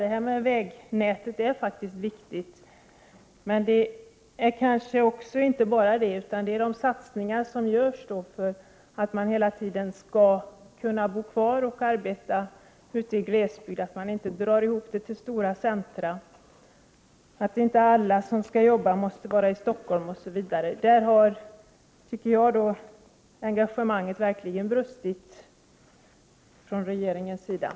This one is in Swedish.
Satsningar på vägnätet är faktiskt viktiga, men också de satsningar som görs för att människor hela tiden skall kunna bo kvar och arbeta ute i glesbygden, så att man inte drar ihop all verksamhet till stora centra, så att inte alla som skall jobba måste vara i Stockholm. Därvidlag har, tycker jag, engagemanget från regeringens sida verkligen brustit.